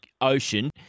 Ocean